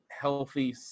healthy